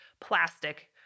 plastic